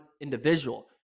individual